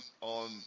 on